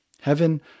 heaven